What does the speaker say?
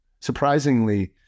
Surprisingly